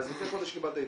אז לפני חודש קיבלת עדכון.